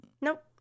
Nope